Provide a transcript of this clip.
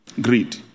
Greed